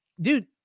dude